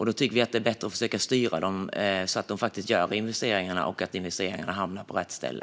Då tycker vi att det är bättre att försöka styra dem så att de faktiskt gör investeringarna och att investeringarna hamnar på rätt ställe.